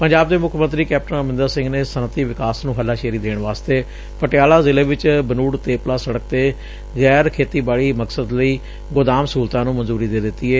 ਪੰਜਾਬ ਦੇ ਮੁੱਖ ਮੰਤਰੀ ਕੈਪਟਨ ਅਮਰਿੰਦਰ ਸਿੰਘ ਨੇ ਸਨਅਤੀ ਵਿਕਾਸ ਨੂੰ ਹੱਲਾਸ਼ੇਰੀ ਦੇਣ ਵਾਸਤੇ ਪਟਿਆਲਾ ਜ਼ਿਲੇ ਵਿੱਚ ਬਨੁੜ ਤੇਪਲਾ ਸੜਕ ਤੇ ਗੈਰ ਖੇਤੀਬਾੜੀ ਮਕਸਦ ਲਈ ਗੋਦਾਮ ਸਹੁਲਤਾਂ ਨੂੰ ਮਨਜੁਰੀ ਦੇ ਦਿੱਤੀ ਏ